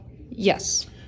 Yes